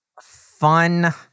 fun